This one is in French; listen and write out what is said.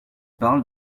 parle